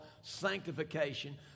sanctification